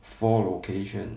four location